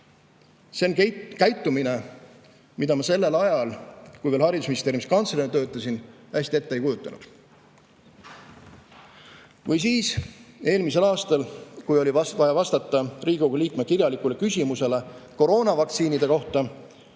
See on käitumine, mida ma sellel ajal, kui veel haridusministeeriumi kantslerina töötasin, hästi ette ei kujutanud. Või siis, eelmisel aastal, kui oli vaja vastata Riigikogu liikme kirjalikule küsimusele koroonavaktsiinide kohta,